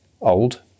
old